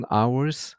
hours